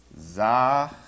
Zah